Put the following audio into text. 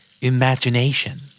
imagination